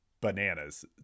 bananas